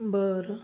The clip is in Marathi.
बरं